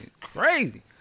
crazy